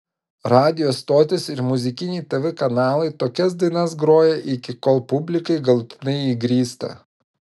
radijo stotys ir muzikiniai tv kanalai tokias dainas groja iki kol publikai galutinai įgrysta